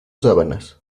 sábanas